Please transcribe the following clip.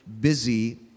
busy